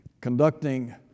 conducting